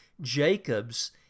Jacob's